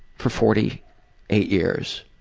for forty eight years,